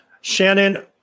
Shannon